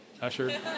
Usher